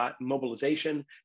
mobilization